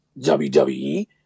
WWE